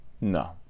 No